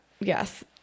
Yes